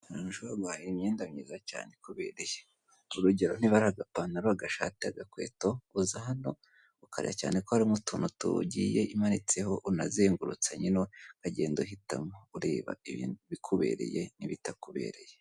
Ahantu ushobora guhaha imyenda myiza cyane ikubereye, urugero:niba ari agapantaro, agashati, agakweto, uza hano ukareba cyane ko harimo utuntu igiye imanitseho unazengururutse mo ukagenda uhitamo ureba ibikubereye n'ibitakubereye.